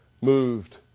moved